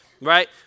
right